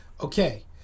Okay